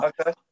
Okay